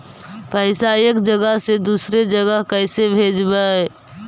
पैसा एक जगह से दुसरे जगह कैसे भेजवय?